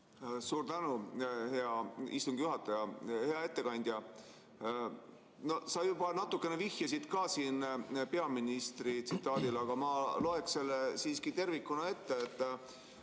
Suur tänu, hea istungi juhataja! Hea ettekandja! Sa juba natukene vihjasid ka siin peaministri tsitaadile, aga ma loen selle siiski tervikuna ette.